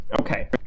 Okay